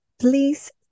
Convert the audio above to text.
please